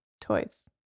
Toys